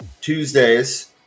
tuesdays